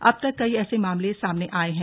अब तक कई ऐसे मामले सामने आये हैं